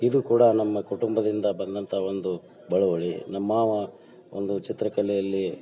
ಇದು ಕೂಡ ನಮ್ಮ ಕುಟುಂಬದಿಂದ ಬಂದಂಥ ಒಂದು ಬಳುವಳಿ ನಮ್ಮ ಮಾವ ಒಂದು ಚಿತ್ರಕಲೆಯಲ್ಲಿ